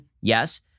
Yes